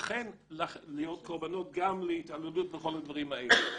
להיות קורבנות גם להתעללות וכל הדברים האלה.